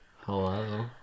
Hello